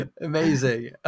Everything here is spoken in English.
Amazing